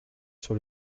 sur